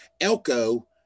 elko